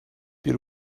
bir